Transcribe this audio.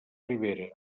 ribera